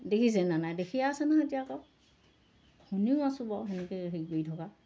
দেখিছেনে নাই দেখিয়ে আছে নহয় এতিয়া আকৌ শুনিও আছোঁ বাৰু তেনেকৈ হেৰি কৰি থকা